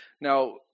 Now